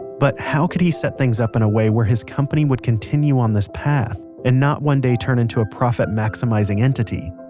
but how could he set things up in a way where guarantee his company would continue on this path and not one day turn into a profit-maximizing entity?